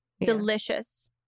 delicious